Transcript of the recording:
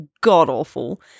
god-awful